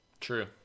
true